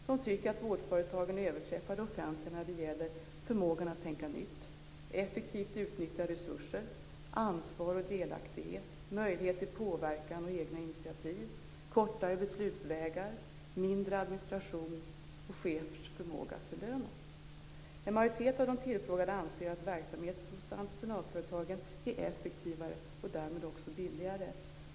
De tycker att vårdföretagen överträffar det offentliga när det gäller förmågan att tänka nytt och att effektivt utnyttja resurser, när det gäller ansvar och delaktighet, möjlighet till påverkan och egna initiativ, kortare beslutsvägar, mindre administration och chefers förmåga att belöna. En majoritet av de tillfrågade anser att verksamheten hos entreprenadföretagen är effektivare och därmed också billigare.